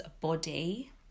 body